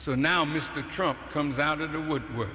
so now mr trump comes out of the woodwork